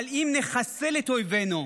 אבל אם נחסל את אויבינו,